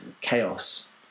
Chaos